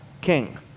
king